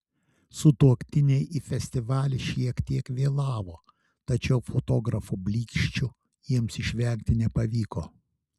sutuoktiniai į festivalį šiek tiek vėlavo tačiau fotografų blyksčių jiems išvengti nepavyko